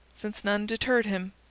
since none deterred him,